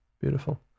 Beautiful